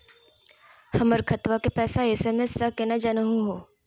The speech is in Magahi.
हमर खतवा के पैसवा एस.एम.एस स केना जानहु हो?